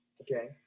Okay